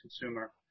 consumer